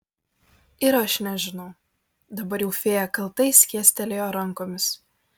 ir aš nežinau dabar jau fėja kaltai skėstelėjo rankomis